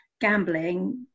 gambling